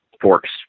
Forks